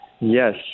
Yes